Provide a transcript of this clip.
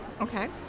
Okay